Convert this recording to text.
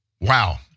Wow